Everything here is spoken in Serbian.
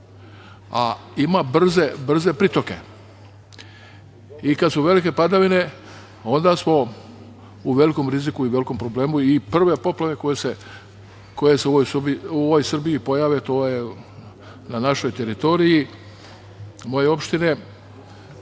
a ima brze pritoke. Kad su velike padavine, onda smo u velikom riziku i velikom problemu. Prve poplave koje se u ovoj Srbiji pojave su na našoj teritoriji, moje opštine. Dosta